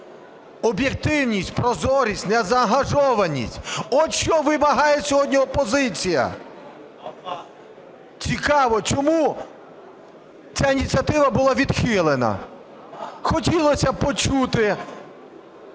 Об'єктивність, прозорість, незаангажованість – от що вимагає сьогодні опозиція. Цікаво, чому ця ініціатива була відхилена? Хотілося б почути